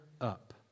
up